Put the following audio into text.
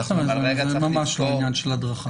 זה ממש לא עניין של הדרכה.